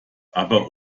aber